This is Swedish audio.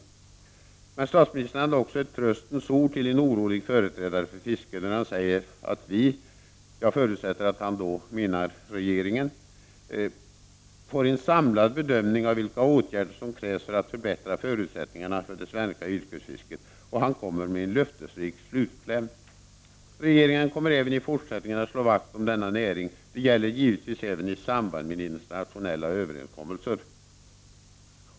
Men statsministern hade i debatten också ett tröstens ord till en orolig företrädare för fisket när han sade att vi — jag förutsätter att han då menar regeringen — får ”en samlad bedömning av vilka åtgärder som krävs för att förbättra förutsättningarna för det svenska yrkesfisket”. Och han kom med en löftesrik slutkläm: ”Regeringen kommer även fortsättningsvis att slå vakt om denna näring. Det gäller givetvis även i samband med internationella överenskommelser”.